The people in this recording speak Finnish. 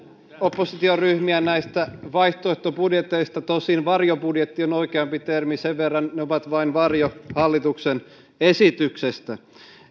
oppositioryhmiä näistä vaihtoehtobudjeteista tosin varjobudjetti on oikeampi termi sen verran ne ovat vain varjo hallituksen esityksestä